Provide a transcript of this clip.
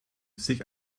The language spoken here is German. sich